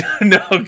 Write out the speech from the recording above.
No